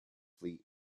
fleet